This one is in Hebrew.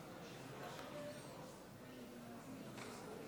אני מודיע שההצעה נדחתה.